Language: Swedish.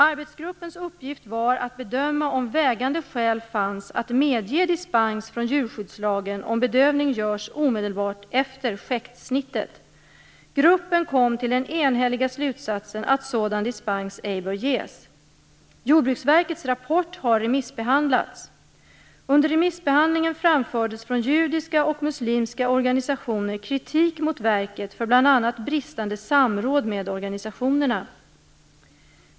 Arbetsgruppens uppgift var att bedöma om vägande skäl fanns att medge dispens från djurskyddslagen om bedövning görs omedelbart efter skäktsnittet. Gruppen kom till den enhälliga slutsatsen att sådan dispens ej bör ges. Jordbruksverkets rapport har remissbehandlats. Under remissbehandlingen framfördes från judiska och muslimska organisationer kritik mot verket för bl.a. bristande samråd med organisationerna.